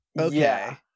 Okay